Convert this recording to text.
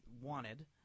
wanted